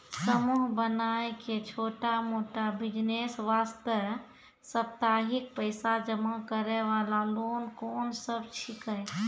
समूह बनाय के छोटा मोटा बिज़नेस वास्ते साप्ताहिक पैसा जमा करे वाला लोन कोंन सब छीके?